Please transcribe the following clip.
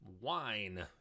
wine